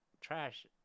trash